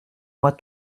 moi